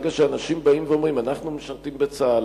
ברגע שאנשים באים ואומרים: אנחנו משרתים בצה"ל,